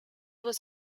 was